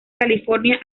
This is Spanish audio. california